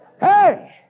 Hey